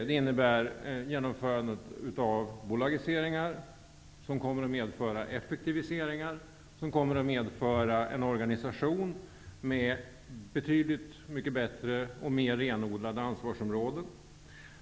Det gäller genomförandet av bolagiseringar som kommer att medföra effektiviseringar och en organisation med betydligt bättre och mera renodlade ansvarsområden.